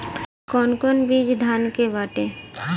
कौन कौन बिज धान के बाटे?